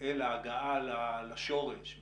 אלא הגעה לשורש,